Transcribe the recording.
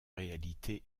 réalité